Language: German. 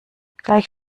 gleich